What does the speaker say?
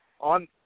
on